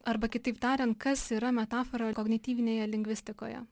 arba kitaip tariant kas yra metafora kognityvinėje lingvistikoje